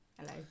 Hello